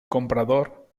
comprador